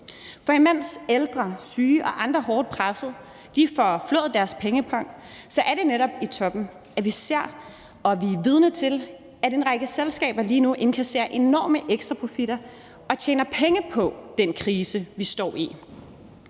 For imens ældre, syge og andre hårdt pressede får flået deres pengepung, så er det netop i toppen, at vi ser og er vidne til, at en række selskaber lige nu indkasserer enorme ekstraprofitter og tjener penge på den krise, vi står i.